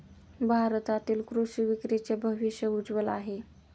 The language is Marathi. भारतातील कृषी विक्रीचे भविष्य उज्ज्वल आहे